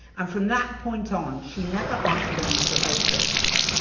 and from that point on, she never asked for lethal overdoses,